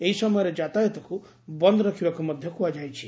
ଏହି ସମୟରେ ଯାତାୟତକୁ ବନ୍ଦ ରଖିବାକୁ ମଧ୍ୟ କୁହାଯାଇଛି